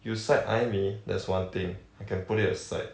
you side-eye me that's one thing I can put it aside